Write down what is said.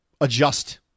adjust